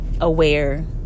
aware